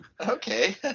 Okay